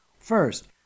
First